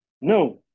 No